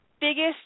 Biggest